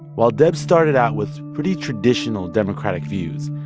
while debs started out with pretty traditional democratic views,